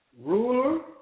Ruler